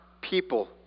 people